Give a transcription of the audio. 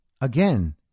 Again